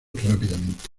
rápidamente